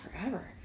forever